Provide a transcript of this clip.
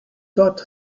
taught